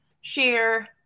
share